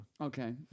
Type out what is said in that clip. Okay